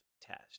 test